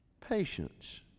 patience